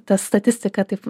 ta statistika taip